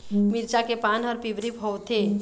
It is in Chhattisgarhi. मिरचा के पान हर पिवरी होवथे?